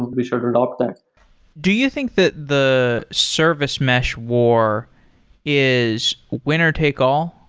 we should adopt that do you think that the service mesh war is winner-take-all?